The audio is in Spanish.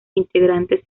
integrantes